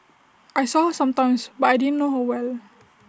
I saw her sometimes but I didn't know her well